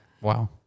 Wow